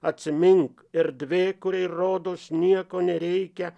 atsimink erdvė kuriai rodos nieko nereikia